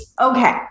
Okay